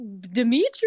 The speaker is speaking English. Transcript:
dimitri